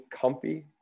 comfy